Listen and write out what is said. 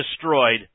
destroyed